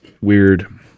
Weird